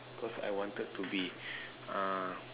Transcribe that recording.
cause I wanted to be ah